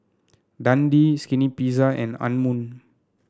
Dundee Skinny Pizza and Anmum